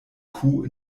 kuh